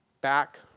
Back